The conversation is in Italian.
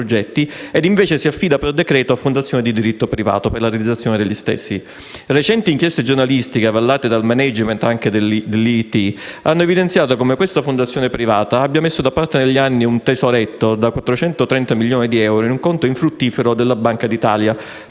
e, invece, si affida per decreto a fondazioni di diritto privato per la realizzazione degli stessi. Recenti inchieste giornalistiche, avallate dal *management* dell'Istituto italiano di tecnologia, hanno evidenziato come questa fondazione privata abbia messo da parte negli anni un tesoretto da 430 milioni di euro in un conto infruttifero della Banca d'Italia,